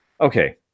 okay